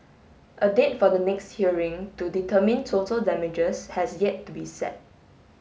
a date for the next hearing to determine total damages has yet to be set